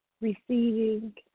receiving